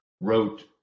wrote